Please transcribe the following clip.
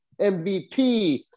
mvp